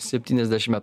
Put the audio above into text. septyniasdešim metų